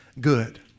good